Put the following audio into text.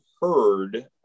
heard